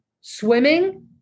swimming